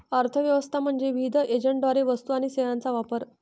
अर्थ व्यवस्था म्हणजे विविध एजंटद्वारे वस्तू आणि सेवांचा वापर